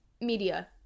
Media